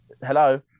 Hello